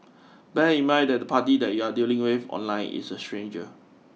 bear in mind that the party that you are dealing with online is a stranger